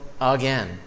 again